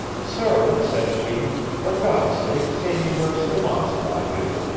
sir, said she, for god's sake say me where sir launcelot is.